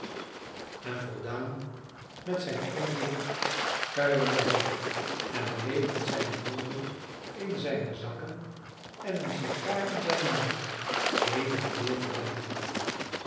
en voldaan met zijn onderzoek kuierde hij op en bleef met zijne handen in zijne zakken en een sigaar in zijnen mond heen